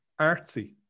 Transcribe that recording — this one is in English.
artsy